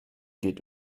geht